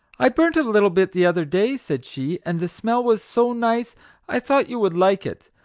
i burnt a little bit the other day said she, and the smell was so nice i thought you would like it,